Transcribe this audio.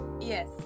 Yes